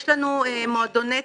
יש לנו 30 מועדוני